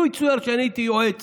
לו יצויר שאני הייתי יועץ